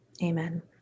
Amen